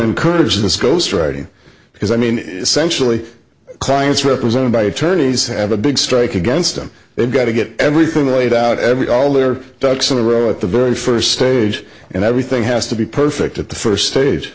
encourage this goes friday because i mean essentially clients represented by attorneys have a big strike against them they've got to get everything laid out every all their ducks in a row at the very first stage and everything has to be perfect at the first stage